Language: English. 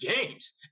games